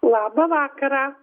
labą vakarą